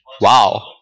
Wow